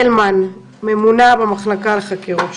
ממונה במחלקה לחקירות שוטרים,